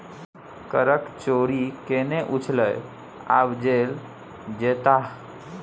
करक चोरि केने छलय आब जेल जेताह